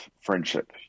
friendship